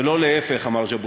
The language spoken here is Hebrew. ולא להפך", אמר ז'בוטינסקי.